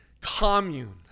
commune